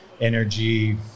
energy